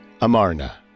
Amarna